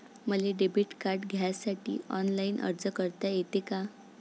मले debit card घ्यासाठी online अर्ज करता येते का?